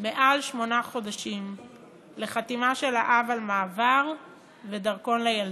מעל שמונה חודשים לחתימה של האב על תעודת מעבר ודרכון לילדה,